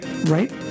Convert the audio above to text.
Right